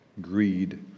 greed